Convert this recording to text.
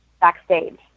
backstage